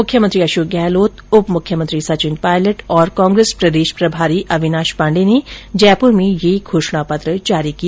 मुख्यमंत्री अशोक गहलोत उप मुख्यमंत्री सचिन पायलट और कांग्रेस प्रदेश प्रभारी अविनाश पांडे ने जयपूर में यह घोषणा पत्र जारी किया